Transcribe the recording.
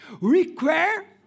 require